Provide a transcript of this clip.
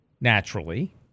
naturally